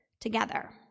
together